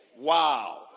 Wow